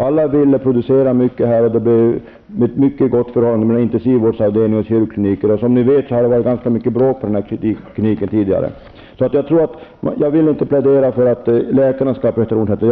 Alla ville producera mycket, och det blev ett mycket gott förhållande mellan intensivvårdsavdelning och kirurgklinik. Jag vill inte plädera för att läkarna skall ha förtroendet, utan